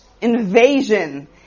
invasion